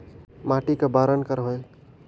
माटी का बरन कर होयल?